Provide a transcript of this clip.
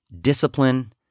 discipline